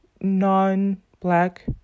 non-Black